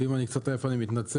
ואם אני קצת עייף אני מתנצל,